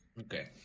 okay